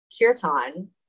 kirtan